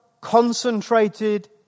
concentrated